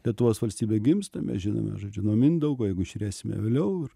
lietuvos valstybė gimsta mes žinome žodžiu nuo mindaugo jeigu žiūrėsime vėliau